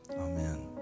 Amen